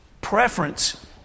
Preference